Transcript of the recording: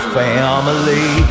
family